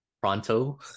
Pronto